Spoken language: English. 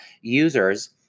users